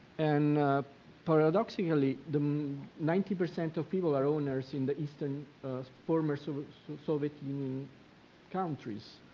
and paradoxically the ninety percent of people are owners in the eastern former soviet so soviet union countries,